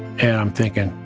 and i'm thinking,